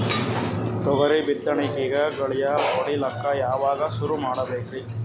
ತೊಗರಿ ಬಿತ್ತಣಿಕಿಗಿ ಗಳ್ಯಾ ಹೋಡಿಲಕ್ಕ ಯಾವಾಗ ಸುರು ಮಾಡತೀರಿ?